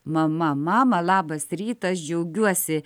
mama mama labas rytas džiaugiuosi